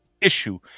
issue